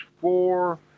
four